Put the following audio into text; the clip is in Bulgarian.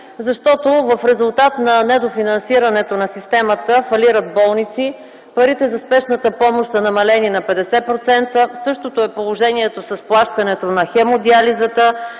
защото в резултат на недофинансирането на системата фалират болници, парите за спешната помощ са намалени на 50%. Същото е положението с плащането на хемодиализата,